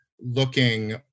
looking